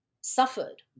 suffered